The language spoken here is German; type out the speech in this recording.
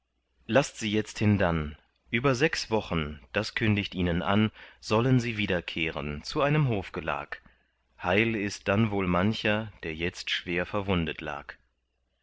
laßt sie jetzt hindann über sechs wochen das kündigt ihnen an sollten sie wiederkehren zu einem hofgelag heil ist dann wohl mancher der jetzt schwer verwundet lag